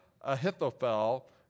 Ahithophel